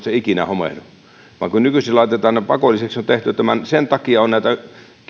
se ei ikinä homehdu vaan nykyisin laitetaan ne pakollisiksi ja sen takia on näitä